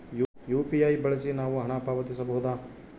UPI ಬಳಸಿ ನಾವು ಹಣ ಪಾವತಿಸಬಹುದಾ?